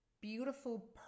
beautiful